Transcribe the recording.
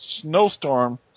snowstorm